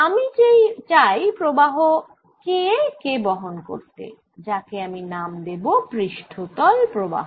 আমি চাই প্রবাহ K কে বহন করতে যাকে আমি নাম দেব পৃষ্ঠতল প্রবাহ